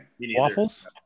waffles